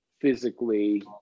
physically